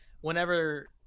Whenever